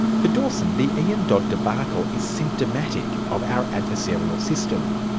for dawson, the ian dodd debacle is symptomatic of our adversarial system.